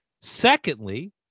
Secondly